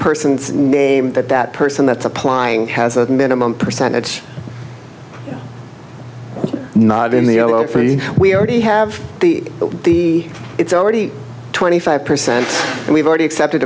person's name that that person that's applying has a minimum percentage not in the free we already have the the it's already twenty five percent and we've already accepted